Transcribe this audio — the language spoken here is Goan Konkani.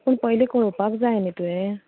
पूण पयलीं कळोवपाक जाय न्ही तुयें